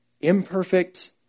imperfect